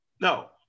No